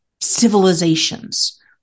civilizations